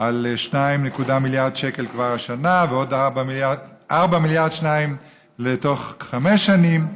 על 2.1 מיליארד שקל כבר השנה ועוד 4.2 לתוך חמש שנים,